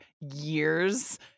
years